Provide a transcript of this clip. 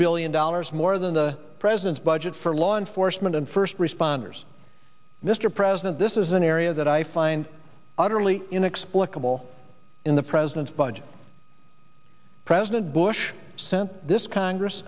billion dollars more than the president's budget for law enforcement and first responders mr president this is an area that i find utterly inexplicable in the president's budget president bush sent this congress